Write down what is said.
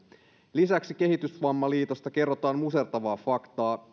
lisäksi kehitysvammaliitosta kerrotaan musertavaa faktaa